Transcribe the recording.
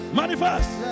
manifest